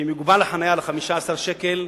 שאם מחיר החנייה יוגבל ל-15 שקלים,